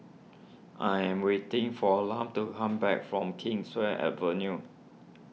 I am waiting for Lum to come back from Kingswear Avenue